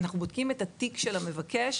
אנחנו בודקים את התיק של המבקש